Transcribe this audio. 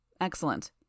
Excellent